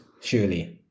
surely